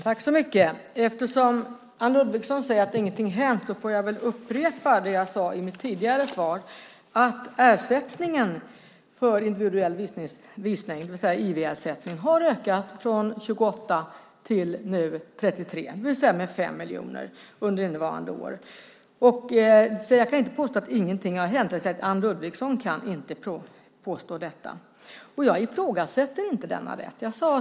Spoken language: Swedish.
Herr talman! Eftersom Anne Ludvigsson säger att ingenting har hänt får jag upprepa det jag sade i mitt tidigare svar, nämligen att ersättningen för individuell visning, det vill säga IV-ersättningen, under innevarande år har ökat från 28 till 33 miljoner, det vill säga med 5 miljoner. Anne Ludvigsson kan inte påstå att ingenting har hänt. Jag ifrågasätter inte rätten till denna ersättning.